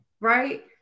right